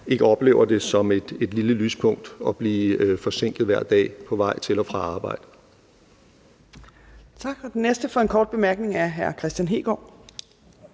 ikke oplever det som et lille lyspunkt at blive forsinket hver dag på vej til og fra arbejde.